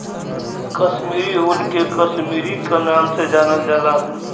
कसमीरी ऊन के कसमीरी क नाम से जानल जाला